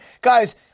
Guys